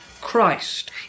Christ